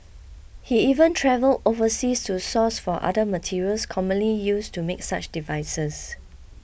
he even travelled overseas to source for other materials commonly used to make such devices